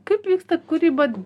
kaip vyksta kūryba